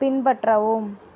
பின்பற்றவும்